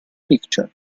picture